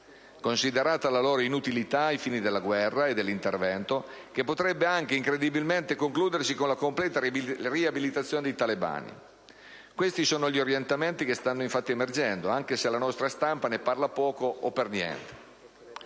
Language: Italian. considerata la loro inutilità ai fini di una guerra e dell'intervento, che potrebbe anche incredibilmente concludersi con la completa riabilitazione dei talebani. Questi sono gli orientamenti che stanno infatti emergendo, anche se la nostra stampa ne parla poco o per niente.